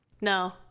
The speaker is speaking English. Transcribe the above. no